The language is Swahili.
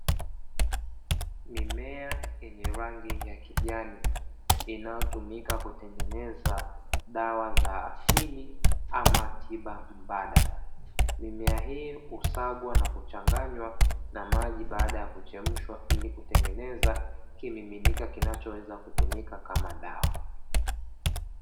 Mimea yenye rangi ya kijani inayotumika kutengeneza dawa za asili ama tiba mbadala. Mimea hii husagwa na kuchanganywa na maji baada ya kuchemshwa ili kutengeneza kimiminika kinachoweza kutumika kama dawa.